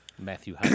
Matthew